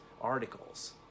articles